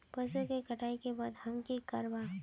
पशुओं के कटाई के बाद हम की करवा?